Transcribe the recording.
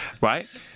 right